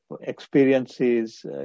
experiences